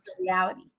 reality